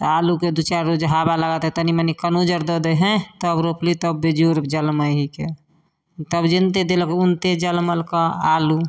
तऽ आलूके दुइ चारि रोज हवा लागत तऽ तनि मनि कनौजर दऽ दै हइ तब रोपलहुँ तब बेजोड़ जनमै हइके तब जनिते देलक उनिते जनमलके आलू